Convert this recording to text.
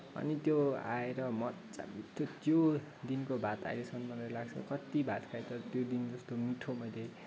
अनि त्यो आएर मज्जाले त्यो दिनको भात अहिलेसम्म मलाई लाग्छ कत्ति भात खाएँ तर त्यो दिन जस्तो मिठो मैले